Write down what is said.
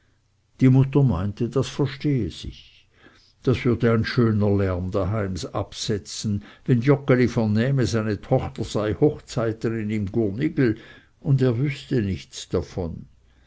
die mutter meinte das verstehe sich das würde ein schöner lärm daheim absetzen wenn joggeli vernähmte seine tochter sei hochzeiterin im gurnigel und er wüßte nichts davon